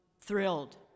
thrilled